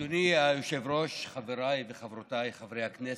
אדוני היושב-ראש, חבריי וחברותיי חברי הכנסת,